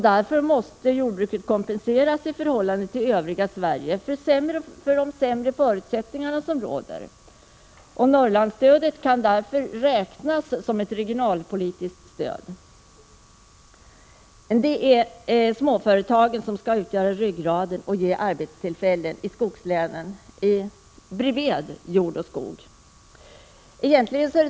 Därför måste Norrlandsjordbruket kompenseras i förhållande till övriga Sverige för de sämre förutsättningar som råder i Norrland. Norrlandsstödet kan därför räknas som ett regionalpolitiskt stöd. Det är småföretagen som skall utgöra ryggraden och ge arbetstillfällen i skogslänen vid sidan av jord och skog.